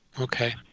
Okay